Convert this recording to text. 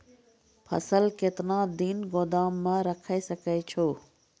फसल केतना दिन गोदाम मे राखै सकै छौ?